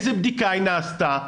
איזה בדיקה נעשתה,